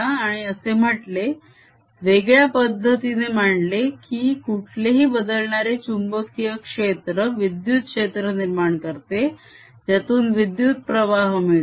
आणि असे म्हटले - वेगळ्या पद्धतीने मांडले की कुठलेही बदलणारे चुंबकीय क्षेत्र विद्युत क्षेत्र निर्माण करते ज्यातून विद्युत प्रवाह मिळतो